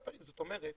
זאת אומרת